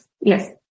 Yes